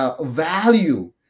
Value